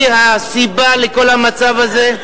היא הסיבה לכל המצב הזה.